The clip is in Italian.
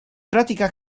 pratica